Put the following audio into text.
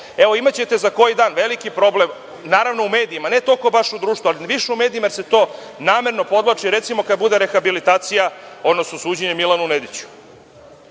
Imaćete za koji dan veliki problem naravno u medijima. Ne toliko u društvu ali više u medijima jer se to namerno podvlači, recimo kada bude rehabilitacija, odnosno suđenje Milanu Nediću.